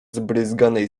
zbryzganej